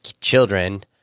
children